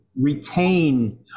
retain